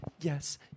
Yes